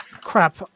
crap